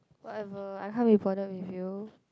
whatever I can't be bothered with you